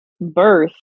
birth